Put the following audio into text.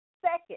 second